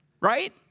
Right